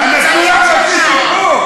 נתנו לך כרטיס ביקור.